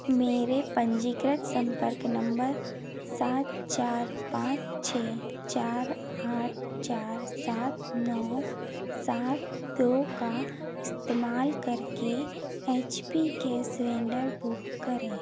मेरे पंजीकृत संपर्क नम्बर सात चार पाँच छः चार आठ चार सात नौ सात दो का इस्तेमाल करके H P gas cylinder book करें